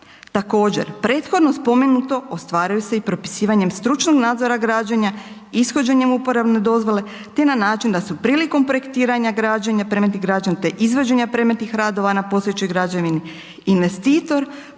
Također, prethodno spomenuto ostvaruju se i propisivanjem stručnog nadzora građenja, ishođenjem uporabne dozvole te na način da se prilikom projektiranja građenja, predmeti građenja te izvođenje predmetnih radova na postojećoj građevini, investitor,